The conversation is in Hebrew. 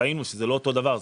ראינו שזה לא אותו דבר.